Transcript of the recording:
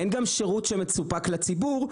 אין גם שירות שמסופק לציבור.